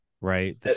right